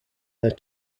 their